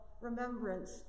remembrance